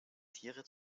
tiere